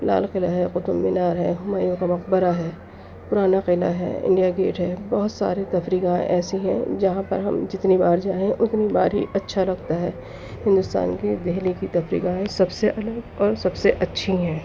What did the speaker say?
لال قلعہ ہے قطب مینار ہے ہمایوں کا مقبرہ ہے پرانا قلعہ ہے انڈیا گیٹ ہے بہت سارے تفریح گاہ ایسی ہیں جہاں پر ہم جتنی بار جائیں اتنی بار ہی اچّھا لگتا ہے ہندوستان کی دہلی کی تفریح گاہیں سب سے الگ اور سب سے اچّھی ہیں